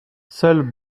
seuls